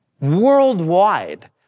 worldwide